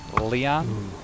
Leon